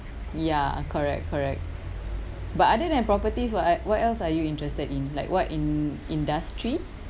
ya correct correct but other than properties what e~ what else are you interested in like what in~ industry